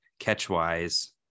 Catch-wise